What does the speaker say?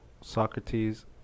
Socrates